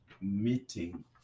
meeting